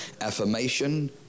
Affirmation